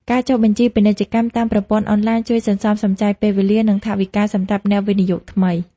ការចុះបញ្ជីពាណិជ្ជកម្មតាមប្រព័ន្ធអនឡាញ ជួយសន្សំសំចៃពេលវេលា និងថវិកាសម្រាប់អ្នកវិនិយោគថ្មី។